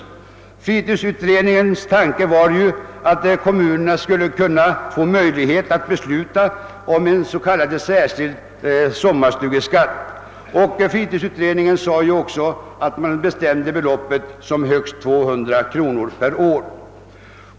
Fritidsutredningens tanke var att kommunerna skulle kunna få möjlighet att besluta om en s.k. särskild sommarstugeskatt. Fritidsutredningen nämnde också ett belopp på högst 200 kronor per år.